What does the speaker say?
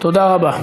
תודה רבה.